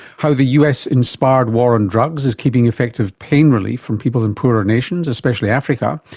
how the us-inspired war on drugs is keeping effective pain relief from people in poorer nations, especially africa.